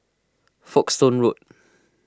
Folkestone Road